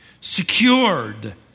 secured